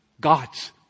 God's